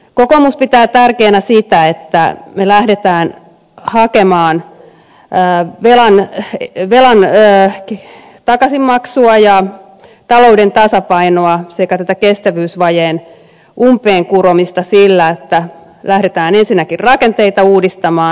kokoomus pitää tärkeänä sitä että me lähdemme hakemaan velan takaisinmaksua ja talouden tasapainoa sekä tätä kestävyysvajeen umpeenkuromista sillä että lähdetään ensinnäkin rakenteita uudistamaan